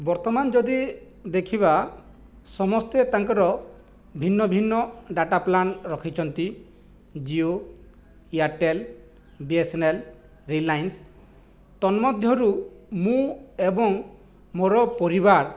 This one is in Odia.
ବର୍ତ୍ତମାନ ଯଦି ଦେଖିବା ସମସ୍ତେ ତାଙ୍କର ଭିନ୍ନ ଭିନ୍ନ ଡାଟା ପ୍ଲାନ ରଖିଛନ୍ତି ଜିଓ ଏୟାରଟେଲ୍ ବିଏସ୍ଏନ୍ଏଲ୍ ରିଲାଆନ୍ସ ତନ୍ମଧ୍ୟରୁ ମୁଁ ଏବଂ ମୋର ପରିବାର